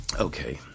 Okay